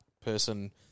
person